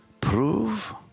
Prove